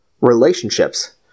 relationships